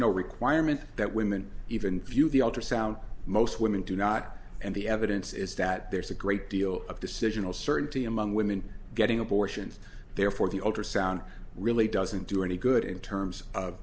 no requirement that women even view the ultrasound most women do not and the evidence is that there's a great deal of decisional certainty among women getting abortions therefore the ultrasound really doesn't do any good in terms of